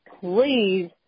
please